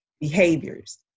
behaviors